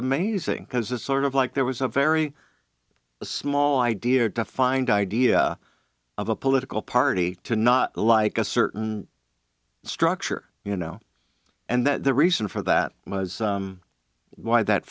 amazing because it's sort of like there was a very small idea defined idea of a political party to not like a certain structure you know and the reason for that was why that